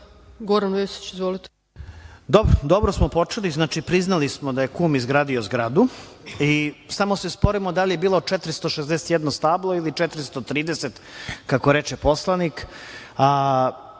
**Goran Vesić** Dobro. Dobro smo počeli, znači priznali smo da je kum izgradio zgradu, samo se sporimo da li je bilo 461 stablo ili 430, kako reče poslanik.